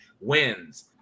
wins